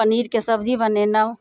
पनीरके सब्जी बनेनहुँ